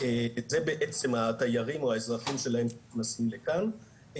זה בעצם התיירים או האזרחים שלהם שנכנסים לכאן.